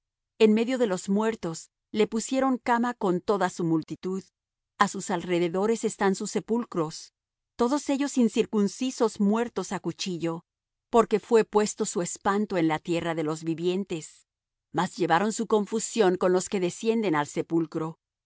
en medio de los muertos le pusieron cama con toda su multitud á sus alrededores están sus sepulcros todos ellos incircuncisos muertos á cuchillo porque fué puesto su espanto en la tierra de los vivientes mas llevaron su confusión con los que descienden al sepulcro